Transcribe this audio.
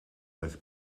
met